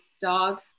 dog